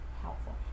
helpful